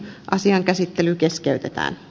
asian käsittely keskeytetään